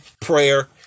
prayer